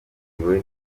igifungo